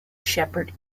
shepherd